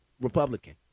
Republican